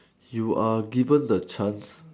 you are given the chance